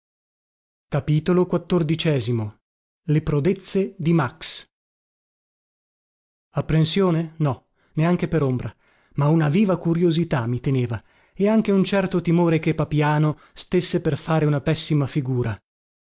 e a e prodezze di max apprensione no neanche per ombra ma una viva curiosità mi teneva e anche un certo timore che papiano stésse per fare una pessima figura